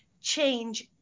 change